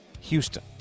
Houston